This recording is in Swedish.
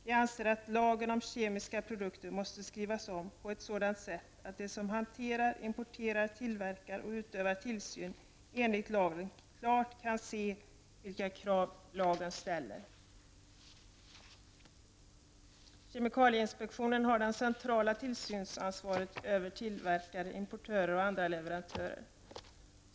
Vi anser att lagen om kemiska produkter måste skrivas om på ett sådant sätt att de som hanterar, importerar, tillverkar och utövar tillsyn enligt lagen klart kan se vilka krav lagen ställer. Kemikalieinspektionen har det centrala tillsynsansvaret över tillverkare, importörer och andra leverantörer.